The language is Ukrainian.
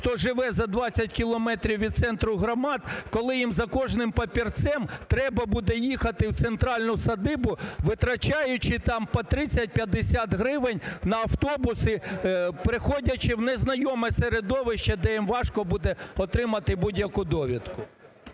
хто живе за 20 кілометрів від центру громад, коли їм за кожним папірцем треба буде їхати в центральну садибу, витрачаючи там по 30-50 гривень на автобуси, приходячи в незнайоме середовище, де їм важко буде отримати будь-яку довідку.